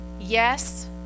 Yes